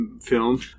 film